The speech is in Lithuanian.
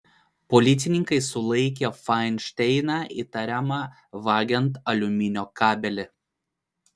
policininkai sulaikė fainšteiną įtariamą vagiant aliuminio kabelį